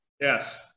Yes